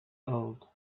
old